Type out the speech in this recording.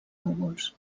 núvols